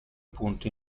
punti